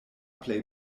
plej